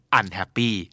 unhappy